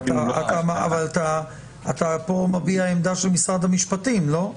אבל אתה מביע פה עמדה של משרד המשפטים, לא?